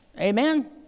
Amen